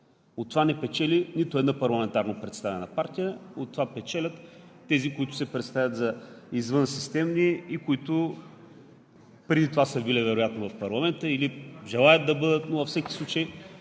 От това не печели нито една парламентарно представена партия, от това печелят тези, които се представят за извънсистемни и които преди това са били вероятно в парламента или желаят да бъдат. Но във всеки случай